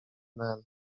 nel